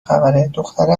خبرهدختره